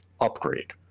upgrade